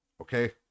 Okay